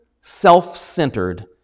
self-centered